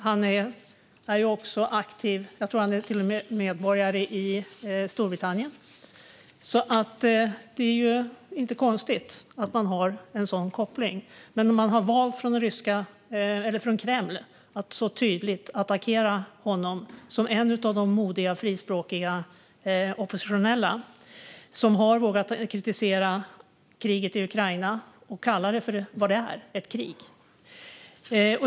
Han är också aktiv och jag tror till och med medborgare i Storbritannien. Det är ju inte konstigt att han har en sådan koppling. Men man har från Kreml valt att så tydligt attackera honom som en av de modiga frispråkiga oppositionella som har vågat kritisera kriget i Ukraina och kalla det för vad det är, ett krig.